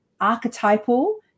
archetypal